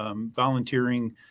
Volunteering